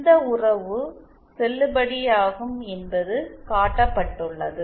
இந்த உறவு செல்லுபடியாகும் என்பது காட்டப்பட்டுள்ளது